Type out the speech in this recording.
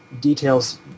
details